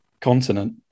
continent